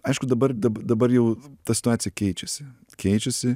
aišku dabar dabar jau ta situacija keičiasi keičiasi